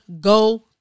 go